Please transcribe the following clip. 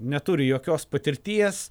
neturi jokios patirties